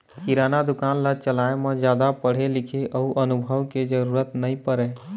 किराना दुकान ल चलाए म जादा पढ़े लिखे अउ अनुभव के जरूरत नइ परय